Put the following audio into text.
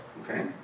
Okay